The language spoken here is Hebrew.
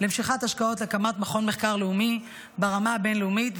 למשיכת השקעות להקמת מכון מחקר לאומי ברמה הבין-לאומית,